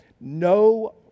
No